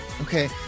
Okay